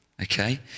okay